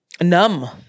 numb